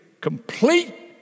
complete